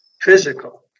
physical